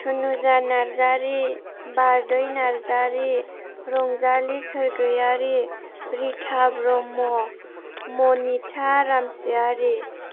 Thunuja Narzary Bardai Narzary Ranjali Sargiary Rita Brahma Manitha Ramsiyari